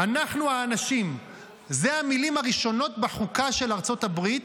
"אנחנו האנשים" אלה המילים הראשונות בחוקה של ארצות הברית,